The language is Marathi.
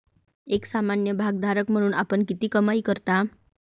एक सामान्य भागधारक म्हणून आपण किती कमाई करता?